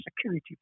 security